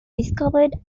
discovered